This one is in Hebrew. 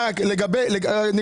ולא